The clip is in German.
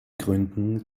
gründen